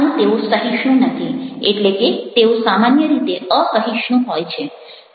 અને તેઓ સાહિષ્ણુ નથી એટલે કે તેઓ સામાન્ય રીતે અસહિષ્ણુ હોય છે